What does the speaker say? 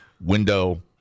Window